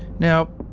now,